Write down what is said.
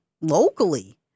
locally